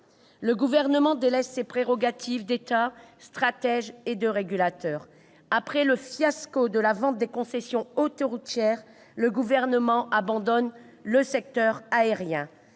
Le Gouvernement délaisse ainsi ses prérogatives d'État stratège et de régulateur. Après le fiasco de la vente des concessions autoroutières, il abandonne le secteur aérien